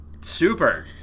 Super